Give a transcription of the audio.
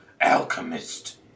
alchemist